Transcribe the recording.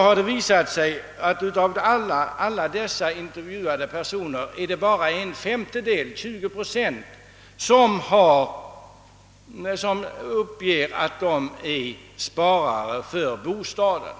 Av alla dessa intervjuade personer är det bara 20 procent som uppger att de sparar för bostad.